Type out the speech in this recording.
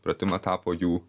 pratimą tapo jų